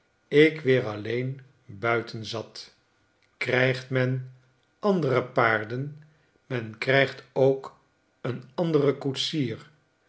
ik weer alleen buiten zat krijgt men andere paarden men krijgt ook een anderen koetsier